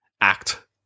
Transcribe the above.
act